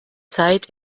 zeit